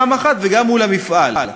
וגם מול המפעל.